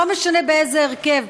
לא משנה באיזה הרכב,